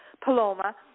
Paloma